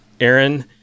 Aaron